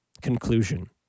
conclusion